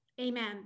Amen